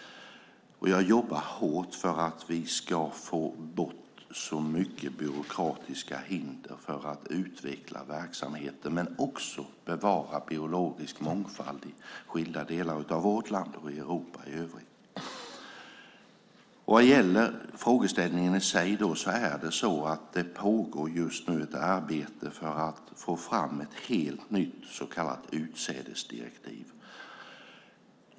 Jag jobbar hårt för att vi ska få bort så många byråkratiska hinder som möjligt för att utveckla verksamheten men också för att bevara biologisk mångfald i skilda delar av vårt land och i Europa i övrigt. Vad gäller frågeställningen i sig pågår det just nu ett arbete för att få fram ett helt nytt så kallat utsädesdirektiv.